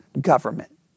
government